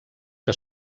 que